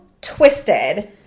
twisted